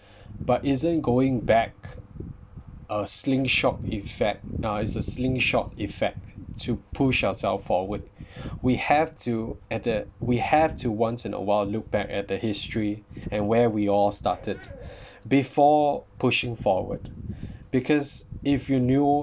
but isn't going back a slingshot effect now is a sling slingshot effect to push ourselves forward we have to and the we have to once in a while look back at the history and where we all started before pushing forward because if you knew